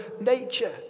nature